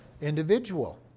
individual